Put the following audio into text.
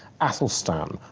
athelstan,